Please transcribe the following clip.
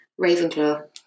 ravenclaw